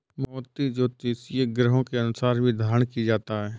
मोती ज्योतिषीय ग्रहों के अनुसार भी धारण किया जाता है